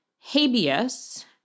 habeas